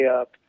up